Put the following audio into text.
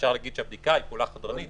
אפשר להגיד שהבדיקה היא פעולה חודרנית,